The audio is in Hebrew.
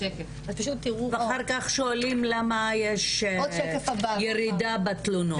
ואחר כך שואלים למה יש ירידה בתלונות.